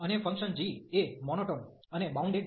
અને function g એ monotone અને બાઉન્ડેડ છે